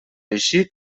així